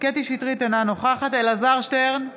קטי קטרין שטרית, אינה נוכחת אלעזר שטרן,